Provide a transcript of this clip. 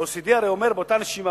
ה-OECD הרי אומר באותה נשימה,